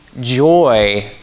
joy